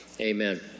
amen